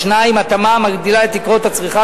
2. התאמה המגדילה את תקרות הצריכה,